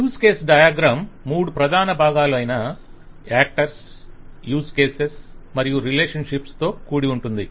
use case diagram మూడు ప్రధాన భాగాలు అయిన యాక్టర్స్ యూజ్ కేసెస్ మరియు రిలేషన్షిప్స్ తో కూడి ఉంటుంది